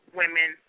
women